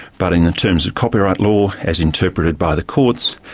but in the terms of copyright law as interpreted by the courts,